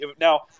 now